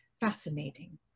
fascinating